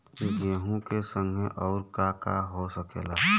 गेहूँ के संगे अउर का का हो सकेला?